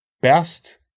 best